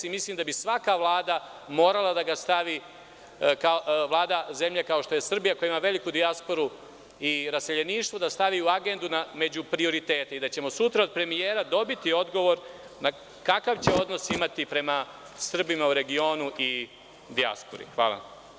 Mislim da bi svaka vlada morala da ga stavi, Vlada zemlje kao što je Srbija, koja ima veliku dijasporu i reseljeništvo, u agendu među prioritete i da ćemo sutra od premijera dobiti odgovor kakav će odnos imati prema Srbima u regionu i dijaspori.